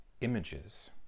images